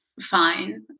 fine